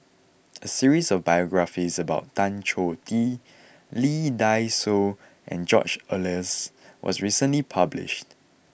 a series of biographies about Tan Choh Tee Lee Dai Soh and George Oehlers was recently published